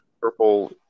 Purple